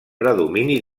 predomini